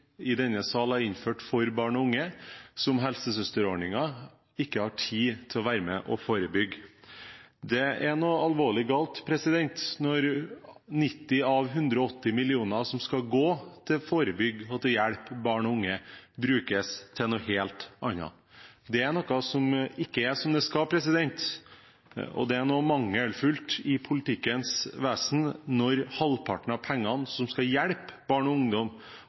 i denne sal har innført for barn og unge, som helsesøsterordningen, ikke har tid til å være med og forebygge. Det er noe alvorlig galt når 90 av 180 mill. kr som skal gå til å forebygge og til å hjelpe barn og unge, brukes til noe helt annet. Da er det noe som ikke er som det skal, og det er noe mangelfullt i politikkens vesen når halvparten av pengene som skal hjelpe barn og ungdom